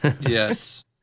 Yes